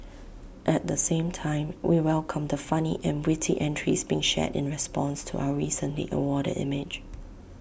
at the same time we welcome the funny and witty entries being shared in response to our recently awarded image